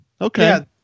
okay